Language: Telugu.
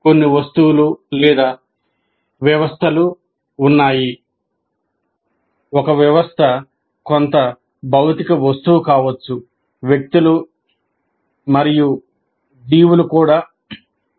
కొన్ని వస్తువులు లేదా వ్యవస్థలు ఉన్నాయి